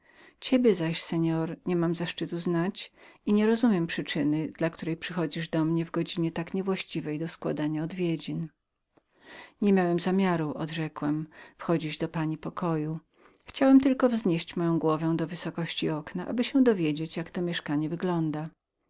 co zaś do pana niemam zaszczytu znać go i nie rozumiem przyczyny dla której przychodzisz do mnie w godzinie niewłaściwej do oddawania odwiedzin nie miałem zamiaru odrzekłem wejścia do pani pokoju ale chciałem tylko wznieść moją głowę do wysokości okna aby się dowiedzieć jak to mieszkanie wygląda